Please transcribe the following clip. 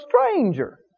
stranger